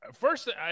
First